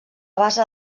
base